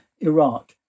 Iraq